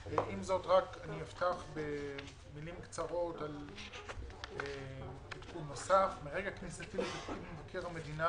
2020-2021. מרגע כניסתי לתפקיד מבקר המדינה